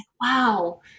Wow